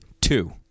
Two